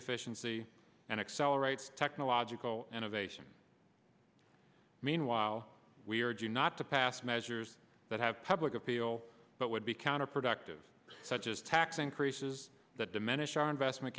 efficiency and accelerates technological innovation meanwhile we are do not to pass measures that have public appeal but would be counterproductive such as tax increases that diminish our investment